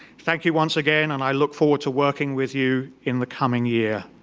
thank you once again, and i look forward to working with you in the coming year.